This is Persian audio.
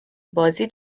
بازی